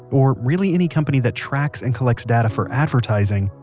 or really any company that tracks and collects data for advertising,